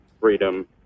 freedom